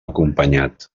acompanyat